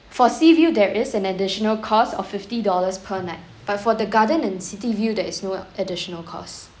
for seaview there is an additional cost of fifty dollars per night but for the garden and city view there is no additional costs